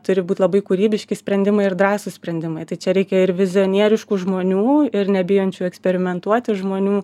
turi būt labai kūrybiški sprendimai ir drąsūs sprendimai tai čia reikia ir vizionieriškų žmonių ir nebijančių eksperimentuoti žmonių